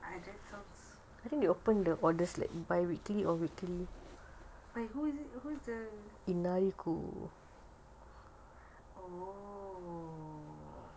but who's the orh